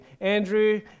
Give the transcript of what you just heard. Andrew